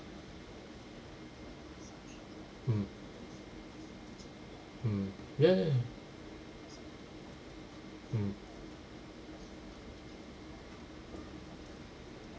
mm mm ya ya mm